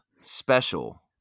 special